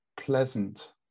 pleasant